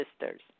sisters